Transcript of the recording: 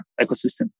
ecosystem